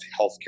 healthcare